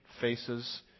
faces